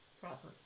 proper